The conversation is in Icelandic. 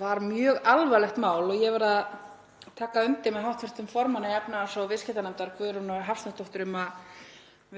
var mjög alvarlegt mál. Ég verð að taka undir með hv. formanni efnahags- og viðskiptanefndar, Guðrúnu Hafsteinsdóttur, um að